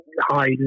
high